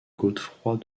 godefroy